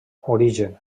origen